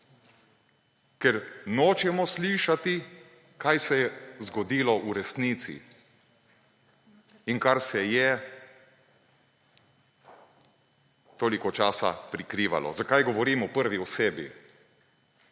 ker nočemo slišati, kaj se je zgodilo v resnici in kar se je toliko časa prikrivalo. Zakaj govorim o prvi osebi?